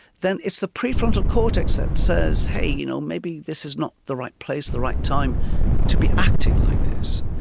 then it's the prefrontal cortex that says hey, you know maybe this is not the right place, the right time to be acting like this.